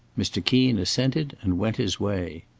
mr. keen assented and went his way.